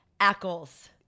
Ackles